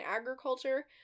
agriculture